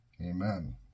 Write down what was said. Amen